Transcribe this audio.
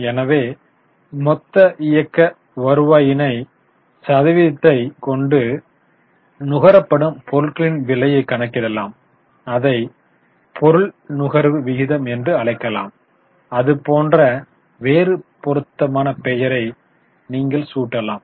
எனவே மொத்த இயக்க வருவாயின் சதவிகிதத்தை கொண்டு நுகரப்படும் பொருட்களின் விலையை கணக்கிடலாம் அதை பொருள் நுகர்வு விகிதம் என்று அழைக்கலாம் அது போன்ற வேறு பொருத்தமான பெயரை நீங்கள் சூட்டலாம்